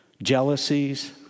jealousies